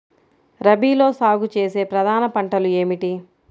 రబీలో సాగు చేసే ప్రధాన పంటలు ఏమిటి?